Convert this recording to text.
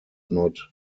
not